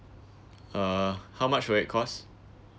uh how much will it costs